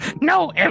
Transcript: No